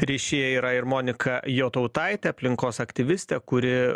ryšyje yra ir monika jotautaitė aplinkos aktyvistė kuri